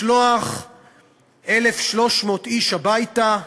לשלוח 1,300 איש הביתה,